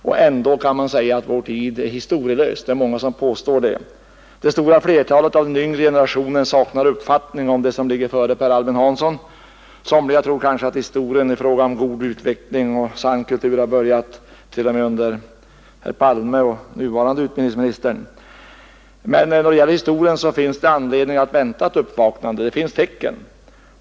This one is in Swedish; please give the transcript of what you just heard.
Och ändå kan man kalla vår tid historielös. Det är många som påstår att den är det. Det stora flertalet av den yngre generationen saknar uppfattning om det som ligger före Per Albin Hansson, och somliga tror kanske t.o.m. att historien när det gäller god utveckling och sann kultur börjat med herr Palme och den nuvarande utbildningsministern. Det finns emellertid anledning att vänta ett uppvaknande. Det finns också tecken som tyder på det.